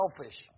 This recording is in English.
selfish